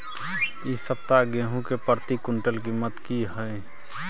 इ सप्ताह गेहूं के प्रति क्विंटल कीमत की हय?